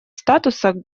статуса